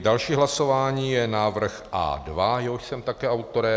Další hlasování je návrh A2, jehož jsem také autorem.